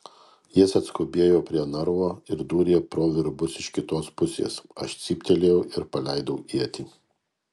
jis atskubėjo prie narvo ir dūrė pro virbus iš kitos pusės aš cyptelėjau ir paleidau ietį